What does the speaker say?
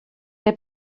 der